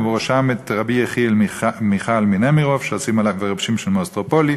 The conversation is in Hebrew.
ובראשם את רבי יחיאל מיכל מנמירוב ורבי שמשון מאוסטרופולי,